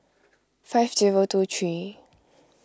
five zero two three